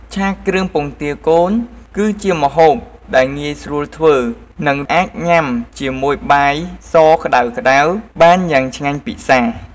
ឆាគ្រឿងពងទាកូន គឺជាម្ហូបដែលងាយស្រួលធ្វើ និងអាចញ៉ាំជាមួយបាយសក្តៅៗបានយ៉ាងឆ្ងាញ់ពិសា។